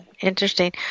interesting